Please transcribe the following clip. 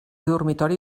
dormitori